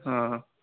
ہاں